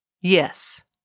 Yes